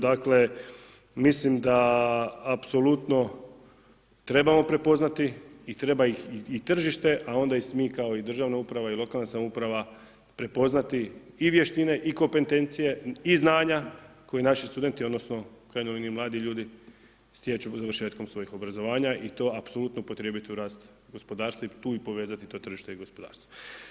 Dakle, mislim da apsolutno trebamo prepoznati i treba ih i tržište a onda i mi kao državna uprava i lokalna samouprave prepoznati i vještine i kompetencije i znanja koje naši studenti odnosno u krajnjoj liniji mladi ljudi stječu završetkom svojih obrazovanja i to apsolutno upotrijebiti u rast gospodarstva i tu i povezati to tržište i gospodarstvo.